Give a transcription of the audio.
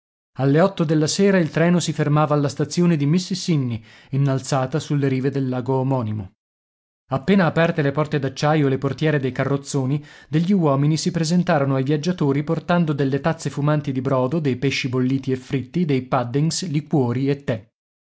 alle otto della sera il treno si fermava alla stazione di mississinny innalzata sulle rive del lago omonimo appena aperte le porte d'acciaio e le portiere dei carrozzoni degli uomini si presentarono ai viaggiatori portando delle tazze fumanti di brodo dei pesci bolliti e fritti dei puddings liquori e tè